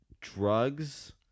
Drugs